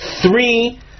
three